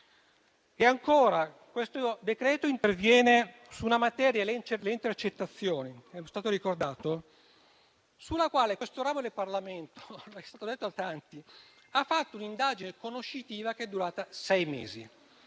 E ancora, questo decreto interviene su una materia come le intercettazioni, sulla quale questo ramo del Parlamento - è stato detto da tanti - ha svolto un'indagine conoscitiva che è durata sei mesi.